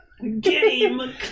Game